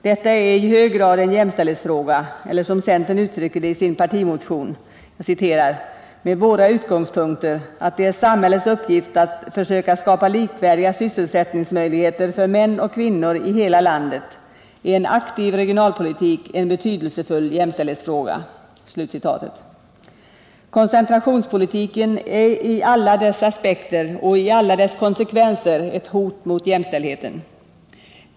Detta är i hög grad en jämställdhetsfråga eller som centern uttrycker det i sin partimotion: ”Med våra utgångspunkter — att det är samhällets uppgift att försöka skapa likvärdiga sysselsättningsmöjligheter för män och kvinnor i hela landet — är en aktiv regionalpolitik en betydelsefull jämställdhetsfråga.” Koncentrationspolitiken är i alla sina aspekter och i alla sina konsekvenser ett hot mot jämställdheten.